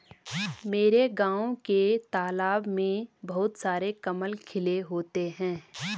मेरे गांव के तालाब में बहुत सारे कमल खिले होते हैं